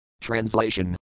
Translation